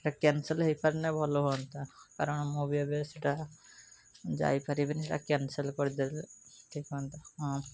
ସେଇଟା କ୍ୟାନସେଲ୍ ହେଇପାରିଲେ ଭଲ ହୁଅନ୍ତା କାରଣ ମୁଁ ଏବେ ସେଇଟା ଯାଇପାରିବିନି ସେଇଟା କ୍ୟାନସେଲ୍ କରିଦେଲେ ଠିକ୍ ହୁଅନ୍ତା ହଁ